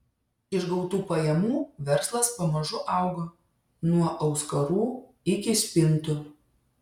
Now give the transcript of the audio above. iš gautų pajamų verslas pamažu augo nuo auskarų iki spintų